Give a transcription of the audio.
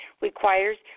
requires